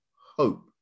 hope